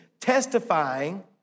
testifying